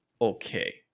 okay